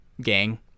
gang